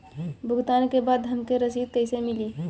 भुगतान के बाद हमके रसीद कईसे मिली?